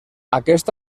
aquest